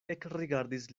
ekrigardis